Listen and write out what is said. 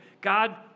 God